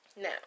Now